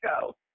go